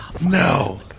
No